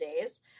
days